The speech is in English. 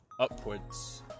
upwards